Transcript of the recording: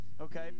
Okay